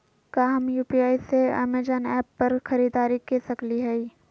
का हम यू.पी.आई से अमेजन ऐप पर खरीदारी के सकली हई?